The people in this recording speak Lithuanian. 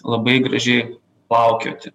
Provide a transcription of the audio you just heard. labai gražiai plaukioti